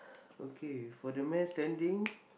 okay for the man standing